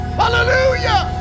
hallelujah